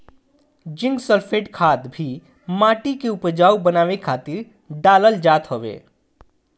zinc sulphate खाद भी माटी के उपजाऊ बनावे खातिर डालल जात हवे